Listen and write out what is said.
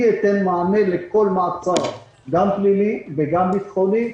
אני אתן מענה לכל מעצר, גם פלילי וגם ביטחוני.